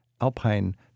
alpine